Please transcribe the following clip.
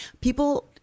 people